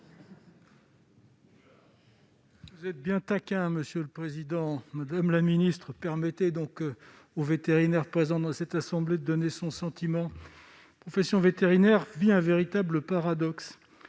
Vous êtes bien taquin, monsieur le président ! Madame la ministre, permettez au vétérinaire présent dans cette assemblée de donner son sentiment. Notre profession vit un véritable paradoxe